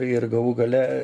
ir galų gale